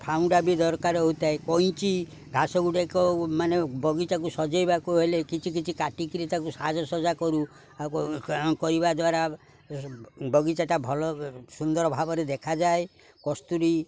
ଫାଉଡ଼ା ବି ଦରକାର ହୋଇଥାଏ କଇଁଚି ଘାସ ଗୁଡ଼ାକ ମାନେ ବଗିଚାକୁ ସଜାଇବାକୁ ହେଲେ କିଛି କିଛି କାଟିକିରି ତାକୁ ସାଜ ସଜା କରୁ ଆଉ କରିବା ଦ୍ୱାରା ବଗିଚାଟା ଭଲ ସୁନ୍ଦର ଭାବରେ ଦେଖାଯାଏ କସ୍ତୁରୀ